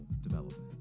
development